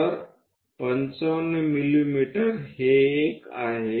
तर 55 मिमी हे एक आहे